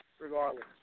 Regardless